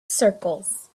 circles